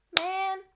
man